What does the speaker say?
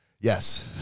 Yes